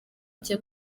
cye